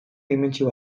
dimentsio